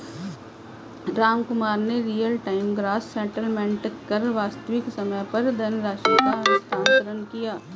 रामकुमार ने real time gross settlement कर वास्तविक समय पर धनराशि का हस्तांतरण किया